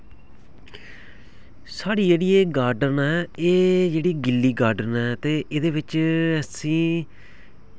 साढ़ी जेह्ड़ी एह् गार्डन ऐ ते एह् जेह्ड़ी गिल्ली गार्डन ऐ ते एह्दे बिच्च असी